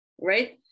right